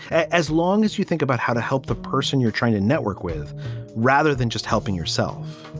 as long as you think about how to help the person you're trying to network with rather than just helping yourself.